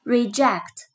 REJECT